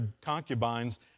concubines